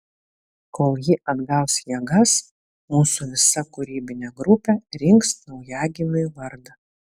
kol ji atgaus jėgas mūsų visa kūrybinė grupė rinks naujagimiui vardą